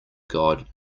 god